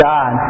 God